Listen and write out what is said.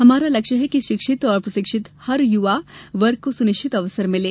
हमारा लक्ष्य है कि शिक्षित और प्रशिक्षित हर युवा वर्ग को सुनिश्चित अवसर मिले